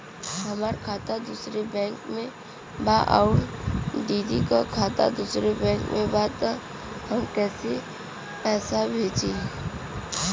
हमार खाता दूसरे बैंक में बा अउर दीदी का खाता दूसरे बैंक में बा तब हम कैसे पैसा भेजी?